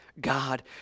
God